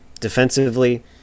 Defensively